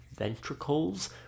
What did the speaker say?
ventricles